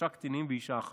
שלושה קטינים ואישה אחת,